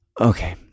Okay